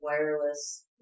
wireless